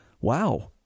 wow